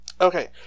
Okay